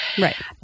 Right